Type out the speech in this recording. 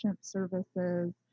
services